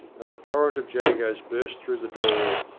and a torrent of jagos burst through the doors,